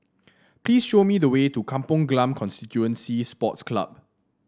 please show me the way to Kampong Glam Constituency Sports Club